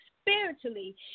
spiritually